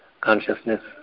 consciousness